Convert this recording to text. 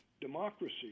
democracy